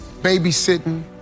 babysitting